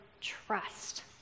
trust